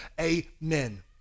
amen